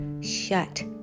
shut